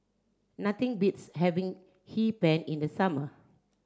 nothing beats having Hee Pan in the summer